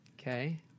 Okay